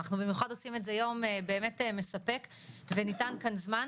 אנחנו במיוחד עושים את זה יום באמת מספק וניתן כאן זמן.